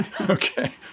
Okay